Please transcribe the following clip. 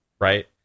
right